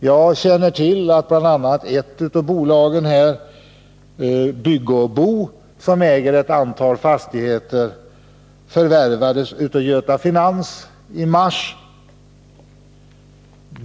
Jag känner till att bl.a. ett av de tidigare nämnda bolagen, Bygge och Bo, som äger ett antal fastigheter förvärvades av Göta Finans i mars.